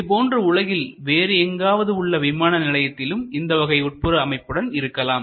இது போன்று உலகத்தில் வேறு எங்காவது உள்ள விமான நிலையத்திலும் இந்தவகை உட்புற அமைப்புடன் இருக்கலாம்